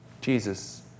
Jesus